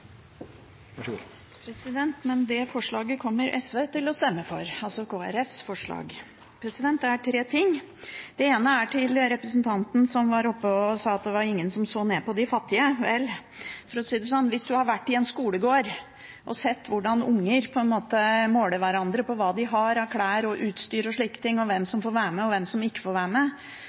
Det forslaget fra Kristelig Folkeparti kommer SV til å stemme for. Jeg har tre ting: Det ene er til representanten som var oppe og sa at det var ingen som så ned på de fattige. Vel – for å si det sånn – hvis man har vært i en skolegård og sett hvordan unger måler hverandre på hva de har av klær og utstyr og slike ting, hvem som får være med og hvem som ikke får være med,